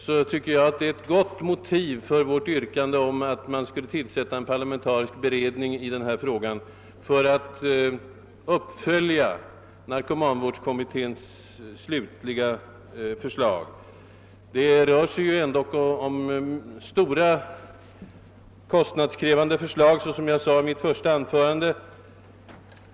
Jag tycker detsamma och att detta är ett gott motiv för vårt yrkande om tillsättande av en parlamentarisk beredning, som skulle kunna medverka till en uppföljning av narkomanvårdskommitténs slutliga förslag. Det rör sig ändå om stora och kostnadskrävande förslag, såsom jag sade i mitt första anförande.